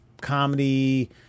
comedy